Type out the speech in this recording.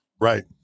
right